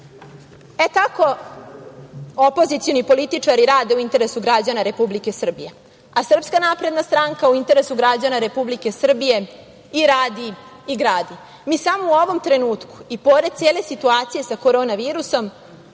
Tako opozicioni političari rade u interesu građana Republike Srbije. Srpska napredna stranka u interesu građana Republike Srbije i radi i gradi. Samo u ovom trenutku, i pored cele situacije sa korona virusom,